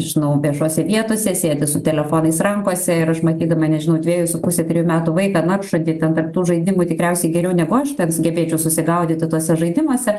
nežinau viešose vietose sėdi su telefonais rankose ir aš matydama nežinau dvejų su puse trijų metų vaiką naršantį ten tarp tų žaidimų tikriausiai geriau negu aš ten sugebėčiau susigaudyti tuose žaidimuose